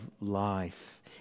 life